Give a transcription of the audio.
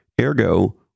Ergo